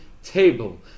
table